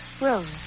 Rose